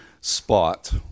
spot